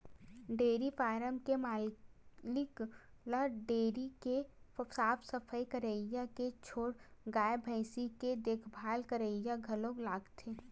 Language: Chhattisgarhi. डेयरी फारम के मालिक ल डेयरी के साफ सफई करइया के छोड़ गाय भइसी के देखभाल करइया घलो लागथे